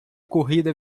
corrida